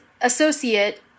associate